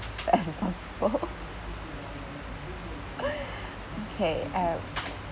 as possible okay um